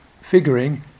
figuring